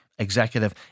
Executive